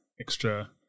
extra